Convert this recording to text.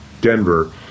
Denver